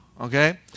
okay